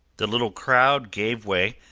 the little crowd gave way,